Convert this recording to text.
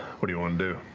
what do you want to do?